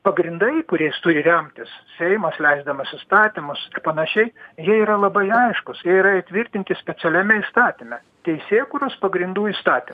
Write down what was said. pagrindai kuriais turi remtis seimas leisdamas įstatymus ir panašiai jie yra labai aiškūs jie yra įtvirtinti specialiame įstatyme teisėkūros pagrindų įstatym